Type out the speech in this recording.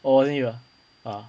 orh wasn't you ah ah